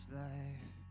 life